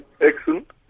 Excellent